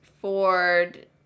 Ford